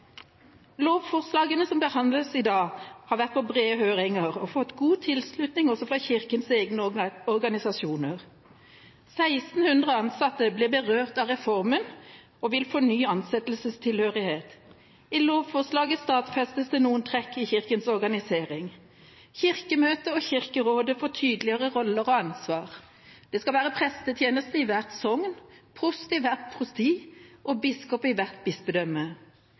Lovforslagene som behandles i dag, har vært på brede høringer og fått god tilslutning også fra Kirkens egne organisasjoner. 1 600 ansatte blir berørt av reformen og vil få en ny ansettelsestilhørighet. I lovforslaget stadfestes det noen trekk i Kirkens organisering. Kirkemøtet og Kirkerådet får tydeligere roller og ansvar. Det skal være prestetjeneste i hvert sogn, prost i hvert prosti og biskop i